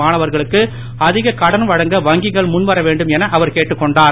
மாணவர்களுக்கு அதிக கடன் வழங்க வங்கிகள் முன்வர வேண்டும் என அவர் கேட்டுக் கொண்டார்